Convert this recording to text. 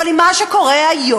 אבל עם מה שקורה היום